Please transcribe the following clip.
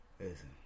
Listen